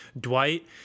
Dwight